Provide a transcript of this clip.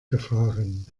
gefahren